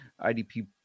IDP